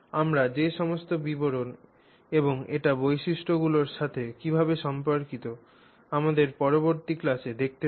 আমরা সে সমস্ত বিবরণ এবং এটি বৈশিষ্ট্যগুলির সাথে কীভাবে সম্পর্কিত আমাদের পরবর্তী ক্লাসে দেখতে পাব